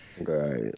right